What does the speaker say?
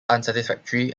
unsatisfactory